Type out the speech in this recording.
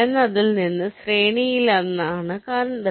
എന്നതിൽ നിന്ന് ശ്രേണിയിലാണെന്ന് കണ്ടെത്തി